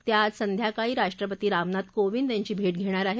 त्या आज संध्याकाळी राष्ट्रपती रामनाथ कोविंद यांची भे धेणार आहेत